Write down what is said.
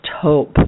hope